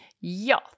Ja